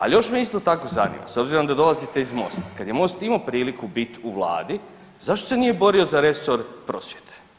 Ali još me isto tako zanima, s obzirom da dolazite iz Mosta, kada je Most imao priliku bit u vladi, zašto se nije borio za resor prosvjete?